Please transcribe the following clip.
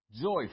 Joy